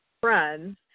friends